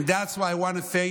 and that is why I want to thank